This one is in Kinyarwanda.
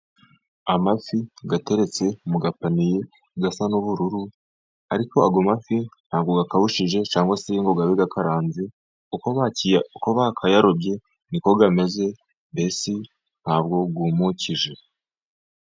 Amafi ateretse mu gapaniye gasa n'ubururu ariko ayo mafi ntabwo akabushije cyangwa se ngo abe akaranze, uko bakayarobye niko ameze mbese ntabwo yumukije.